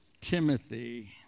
Timothy